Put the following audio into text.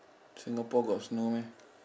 Singapore got snow meh